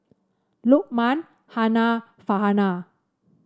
Lukman Hana Farhanah